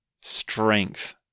strength